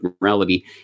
morality